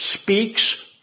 speaks